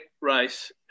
race